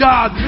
God